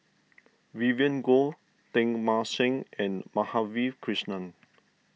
Vivien Goh Teng Mah Seng and Madhavi Krishnan